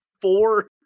four